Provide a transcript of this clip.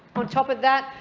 on top of that,